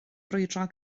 brwydro